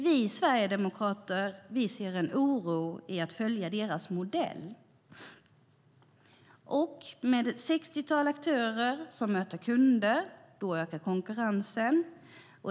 Vi sverigedemokrater är oroliga för att följa deras modell. Och med ett sextiotal aktörer som möter kunderna ökar konkurrensen.